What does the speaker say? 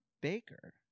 Baker